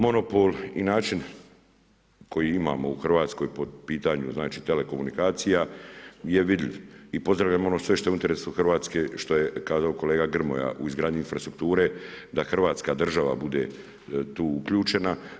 Monopol i način koji imamo u Hrvatskoj po pitanju telekomunikacija je vidljiv i pozdravljam ono sve što je interesu Hrvatske što je kazao kolega Grmoja u izgradnji infrastrukture da hrvatska država bude tu uključena.